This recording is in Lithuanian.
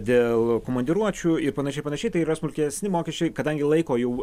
dėl komandiruočių ir panašiai ir panašiai tai yra smulkesni mokesčiai kadangi laiko jau